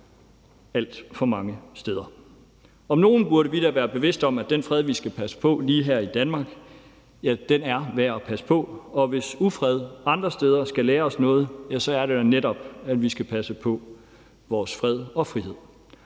alt for mange steder. Om nogen burde vi da være bevidste om, at den fred, vi skal passe på lige her i Danmark, er værd at passe på, og hvis ufred andre steder skal lære os noget, er det da netop, at vi skal passe på vores fred og frihed.